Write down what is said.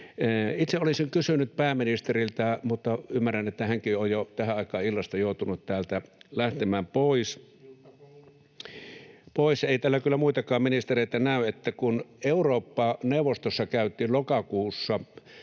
Itse olisin kysynyt pääministeriltä — mutta ymmärrän, että hänkin on jo tähän aikaan illasta joutunut täältä lähtemään pois — [Toimi Kankaanniemi: Iltakoulu!] — ei täällä kyllä muitakaan ministereitä näy — että kun Eurooppa-neuvostossa käytiin lokakuussa